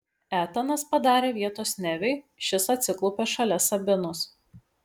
etanas padarė vietos neviui šis atsiklaupė šalia sabinos